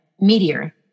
meteor